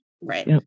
Right